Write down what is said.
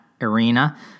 arena